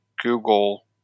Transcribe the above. Google